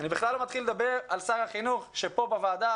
אני בכלל לא מתחיל לדבר על שר החינוך שכאן בוועדה,